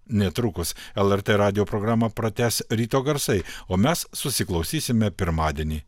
netrukus lrt radijo programą pratęs ryto garsai o mes susiklausysime pirmadienį